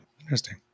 interesting